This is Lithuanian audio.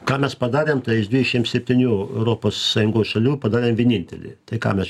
ką mes padarėm tai iš dvidešim septynių europos sąjungos šalių padarėm vienintelį tai ką mes